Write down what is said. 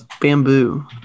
bamboo